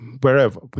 wherever